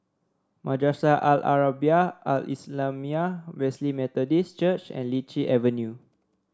Madrasah Al Arabiah Al Islamiah Wesley Methodist Church and Lichi Avenue